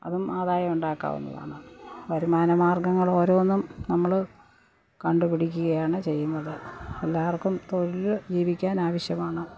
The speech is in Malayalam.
അതും ആദായം ഉണ്ടാക്കാവുന്നതാണ് വരുമാനമാർഗ്ഗങ്ങളോരോന്നും നമ്മള് കണ്ടുപിടിക്കുകയാണ് ചെയ്യുന്നത് എല്ലാവർക്കും തൊഴിൽ ജീവിക്കാൻ ആവശ്യമാണ്